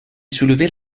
soulevait